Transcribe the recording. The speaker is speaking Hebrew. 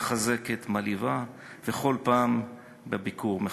מחזקת, מלהיבה, בכל ביקור מחדש.